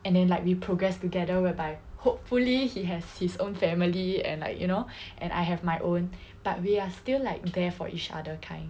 and then like we progress together whereby hopefully he has his own family and like you know and I have my own but we are still like there for each other kind